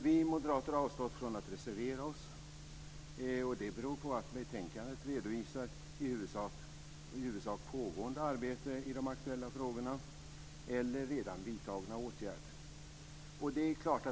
Vi moderater har avstått från att reservera oss. Det beror på att betänkandet i huvudsak redovisar pågående arbete i de aktuella frågorna eller vidtagna åtgärder.